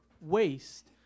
Waste